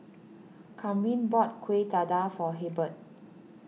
Kamryn bought Kueh Dadar for Hebert